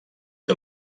que